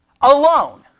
alone